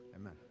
amen